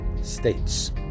States